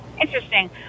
Interesting